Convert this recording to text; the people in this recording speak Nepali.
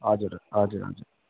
हजुर हजुर हजुर